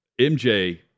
MJ